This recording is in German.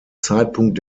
zeitpunkt